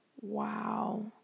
wow